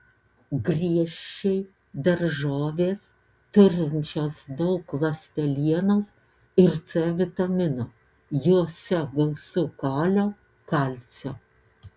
griežčiai daržovės turinčios daug ląstelienos ir c vitamino juose gausu kalio kalcio